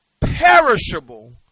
perishable